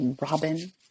Robin